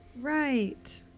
Right